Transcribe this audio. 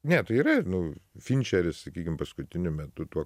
ne tai yra ir nu finčeris sakykim paskutiniu metu tuo